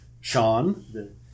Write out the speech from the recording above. Sean